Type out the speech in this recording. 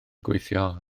gweithio